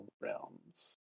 realms